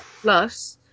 Plus